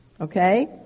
okay